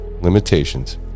limitations